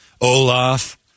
Olaf